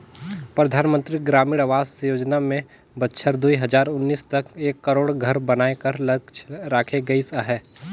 परधानमंतरी ग्रामीण आवास योजना में बछर दुई हजार उन्नीस तक एक करोड़ घर बनाए कर लक्छ राखे गिस अहे